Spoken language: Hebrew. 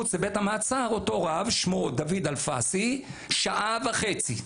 אותו רב בשם דוד אלפסי עמד מחוץ לבית המעצר שעה וחצי.